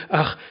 ach